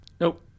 Nope